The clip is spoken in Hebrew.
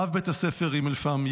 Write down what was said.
רב בית הספר הימלפרב,